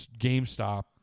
GameStop